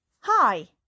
Hi